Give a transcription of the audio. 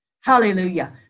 Hallelujah